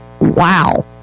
wow